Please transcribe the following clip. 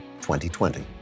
2020